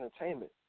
entertainment